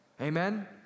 Amen